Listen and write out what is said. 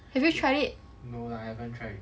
have you tried it